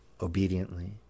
obediently